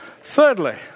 Thirdly